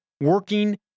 working